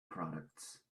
products